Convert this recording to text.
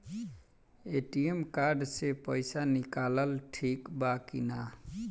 ATM card से पईसा निकालल ठीक बा की ना?